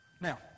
Now